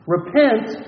Repent